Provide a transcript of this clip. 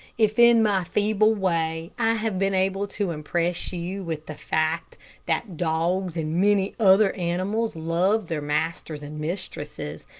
if in my feeble way i have been able to impress you with the fact that dogs and many other animals love their masters and mistresses,